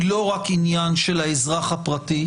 היא לא רק עניין של האזרח הפרטי,